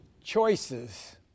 choices